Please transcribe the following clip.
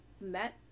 met